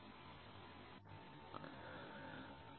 जब मैं उस पोर्ट 2 का मिलान करता हूं